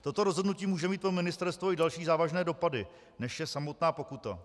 Toto rozhodnutí může mít pro ministerstvo i další závažné dopady, než je samotná pokuta.